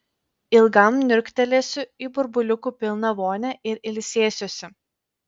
ilgam niurktelėsiu į burbuliukų pilną vonią ir ilsėsiuosi